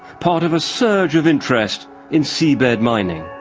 part of a surge of interest in seabed mining.